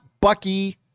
Bucky